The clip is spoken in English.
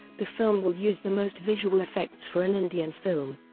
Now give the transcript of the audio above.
the film will use the most visual effects for an indian film.